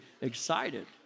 excited